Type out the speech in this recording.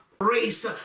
race